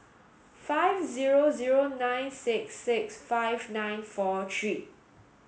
five zero zero nine six six five nine four three